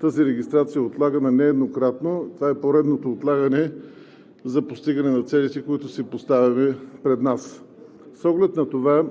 тази регистрация е отлагана нееднократно. Това е поредното отлагане за постигане на целите, които си поставяме пред нас. С оглед на това